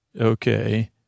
Okay